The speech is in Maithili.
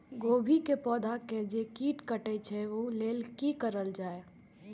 गोभी के पौधा के जे कीट कटे छे वे के लेल की करल जाय?